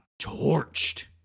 torched